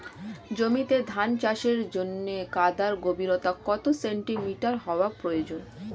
জমিতে ধান চাষের জন্য কাদার গভীরতা কত সেন্টিমিটার হওয়া প্রয়োজন?